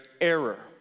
error